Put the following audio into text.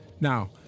Now